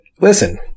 listen